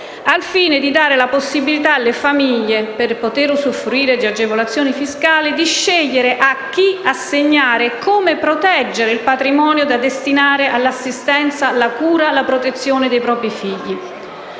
al fine di dare la possibilità alle famiglie, per poter usufruire di agevolazioni fiscali, di scegliere a chi assegnare e come proteggere il patrimonio da destinare all'assistenza, la cura e la protezione dei propri figli.